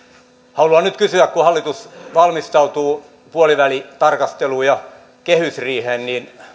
haluan nyt kysyä kun hallitus valmistautuu puolivälitarkasteluun ja kehysriiheen